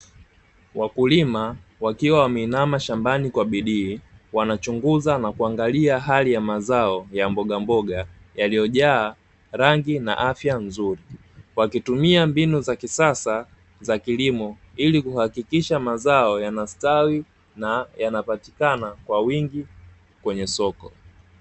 Wakulima wakiwa wameinama shambani kwa bidii wanachunguza na kuangalia hali ya mazao ya mbogamboga yaliyojaa rangi na afya nzuri, wakitumia mbinu za kisasa za kilimo ili kuhakikisha mazao yanastawi na yanapatikana kwa wingi kwenye soko.